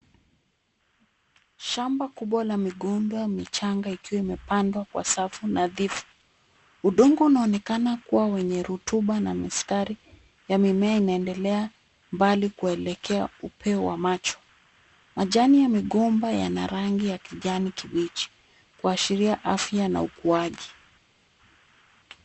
Shamba kubwa la migomba michanga ikiwa imepandwa kwa safu nadhifu. Udongo unaonekana kuwa wenye rutuba na mistari ya mimea inaendelea mbali kuelekea upeo wa macho. Majani ya migomba yana rangi ya kijani kibichi kuashiria afya na ukuaji.